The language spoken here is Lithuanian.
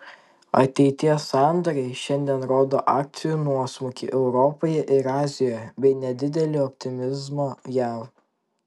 ateities sandoriai šiandien rodo akcijų nuosmukį europoje ir azijoje bei nedidelį optimizmą jav